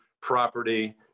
property